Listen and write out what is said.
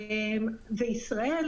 ישראל,